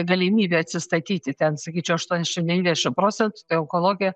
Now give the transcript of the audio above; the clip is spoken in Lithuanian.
galimybę atsistatyti ten sakyčiau aštuoniasdešim devyniasdešim procentų tai onkologija